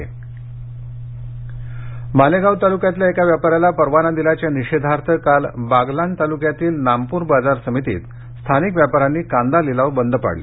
कांदा मालेगाव तालुक्यातल्या एका व्यापाऱ्याला परवाना दिल्याच्या निषेधार्थ काल बागलाण तालुक्यातील नामपूर बाजार समितीत स्थानिक व्यापा यांनी कांदा लिलाव बंद पाडले